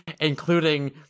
including